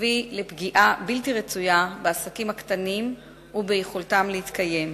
יביא לפגיעה בלתי רצויה בעסקים קטנים וביכולתם להתקיים.